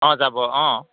অঁ যাব অঁ